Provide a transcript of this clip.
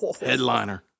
Headliner